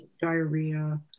diarrhea